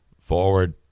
forward